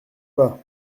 pas